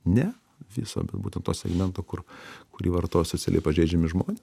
ne viso bet būtent to segmento kur kurį vartoja socialiai pažeidžiami žmonė